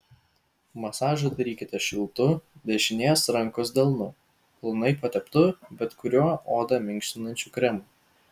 masažą darykite šiltu dešinės rankos delnu plonai pateptu bet kuriuo odą minkštinančiu kremu